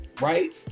right